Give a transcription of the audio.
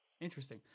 interesting